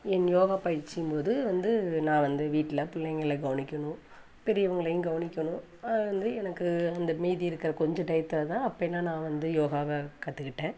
என் yoga பயிற்சியின் போது வந்து நான் வந்து வீட்டில பிள்ளைங்களை கவனிக்கணும் பெரியவங்களையும் கவனிக்கணும் வந்து எனக்கு அந்த மீதி இருக்கிற கொஞ்சம் டையத்தில் தான் அப்போ ஏன்னா நான் வந்து யோகாவை கற்றுக்கிட்டேன்